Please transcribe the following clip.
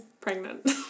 Pregnant